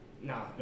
No